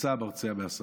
יצא המרצע מהשק.